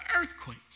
earthquake